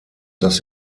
das